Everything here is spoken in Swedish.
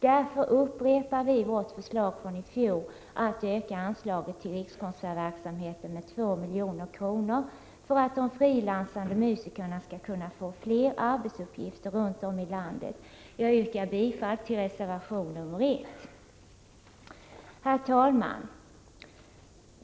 Därför upprepar vi vårt förslag från i fjol om en ökning av anslaget till Rikskonsertverksamheten med 2 milj.kr. för att de frilansande musikerna skall kunna få fler arbetsuppgifter runt om i landet. Jag yrkar bifall till reservation nr 1. Herr talman!